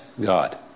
God